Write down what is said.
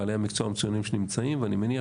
בעלי המקצוע המצוינים שנמצאים ואני מניח